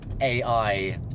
AI